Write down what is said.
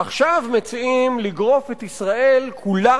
עכשיו מציעים לגרוף את ישראל כולה